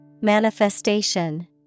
Manifestation